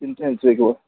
चिन्तयन्तु एतत्